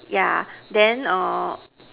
yeah then